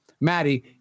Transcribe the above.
Maddie